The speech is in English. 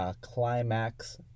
climax